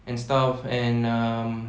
and stuff and um